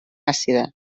àcida